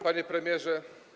Panie Premierze!